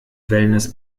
wellness